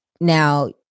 now